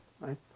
right